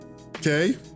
okay